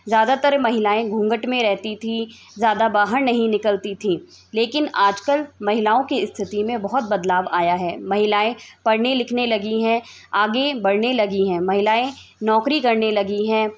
ज़्यादातर महिलाएँ घूंघट में रहती थी ज़्यादा बाहर नहीं निकलती थी लेकिन आज कल महिलाओं की स्थिति में बहुत बदलाव आया है महिलाएँ पढ़ने लिखने लगी हैं आगे बढ़ने लगी हैं महिलाएँ नौकरी करने लगी हैं